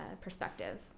perspective